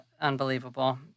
unbelievable